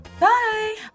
Bye